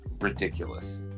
Ridiculous